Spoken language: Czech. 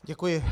Děkuji.